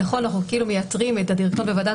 אנחנו כאילו מייתרים את הדירקטוריון וועדת